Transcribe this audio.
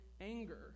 anger